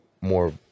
more